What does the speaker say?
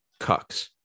cucks